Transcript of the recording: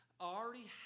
already